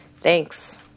Thanks